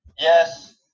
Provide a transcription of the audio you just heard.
yes